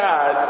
God